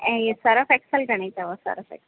ऐं ये Surf Excel घणे अथव सर्फ एक्सिल